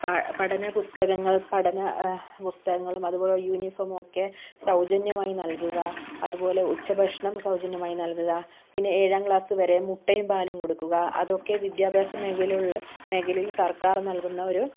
പഠന പുസ്തകങ്ങൾ പഠന പുസ്തകങ്ങളും അതുപോലെ യൂണിഫോമൊക്കെ സൗജന്യമായി നൽകുക അതുപോലെ ഉച്ചഭക്ഷണം സൗജന്യമായി നൽകുക പിന്നെ ഏഴാം ക്ലാസ് വരെ മുട്ടയും പാലും കൊടുക്കുക അതൊക്കെ വിദ്യാഭ്യാസ മേഖലയിലുള്ള മേഖലയിൽ സർക്കാർ നൽകുന്ന ഒരു